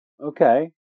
Okay